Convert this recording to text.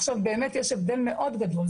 עכשיו באמת יש הבדל מאוד גדול,